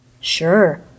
Sure